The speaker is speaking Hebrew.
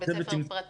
בית ספר פרטי?